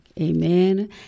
Amen